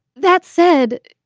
that said,